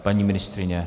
Paní ministryně?